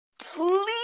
Please